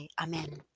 Amen